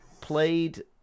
played